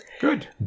Good